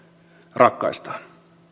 rakkaistaan